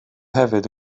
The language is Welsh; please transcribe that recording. hefyd